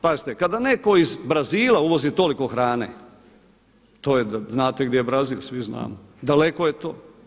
Pazite, kada netko iz Brazila uvozi toliko hrane, to je, znate gdje je Brazil, svi znamo, daleko je to.